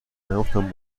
نگفتم